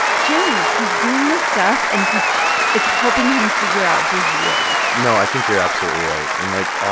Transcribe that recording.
james, he's doing this stuff, and he's it's helping him figure out who he is no, i think you're absolutely right. and, like, ah